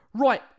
Right